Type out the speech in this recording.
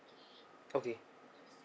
okay